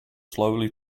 slowly